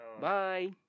Bye